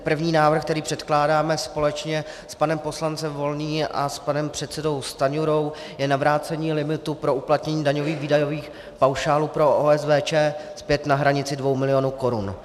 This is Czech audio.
První návrh, který předkládáme společně s panem poslancem Volným a panem předsedou Stanjurou, je na vrácení limitu pro uplatnění daňových výdajových paušálů pro OSVČ zpět na hranici 2 milionů korun.